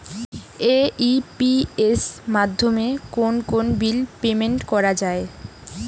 AEPS মাধ্যমে কোন কোন বিল পেমেন্ট করা যায়?